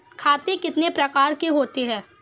खाते कितने प्रकार के होते हैं?